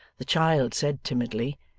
the child said timidly